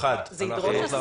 מיוחד לגבי הרמאדאן.